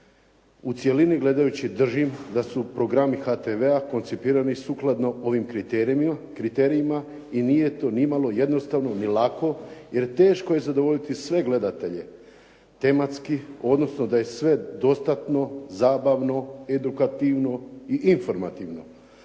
u cjelini gledajući držim da su programi HTV-a koncipirani sukladno ovim kriterijima i nije to nimalo jednostavno ni lako jer teško je zadovoljiti sve gledatelje tematski, odnosno da je sve dostatno, zabavno, edukativno i informativno.